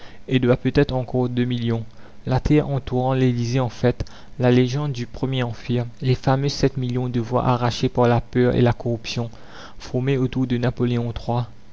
et doit peut-être encore deux millions la terreur entourant l'elysée en fête la légende du premier empire les fameux sept millions de voix arrachés par la peur et la corruption formaient autour de napoléon